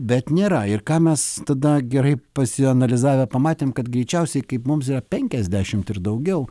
bet nėra ir ką mes tada gerai pasianalizavę pamatėm kad greičiausiai kaip mums penkiasdešimt ir daugiau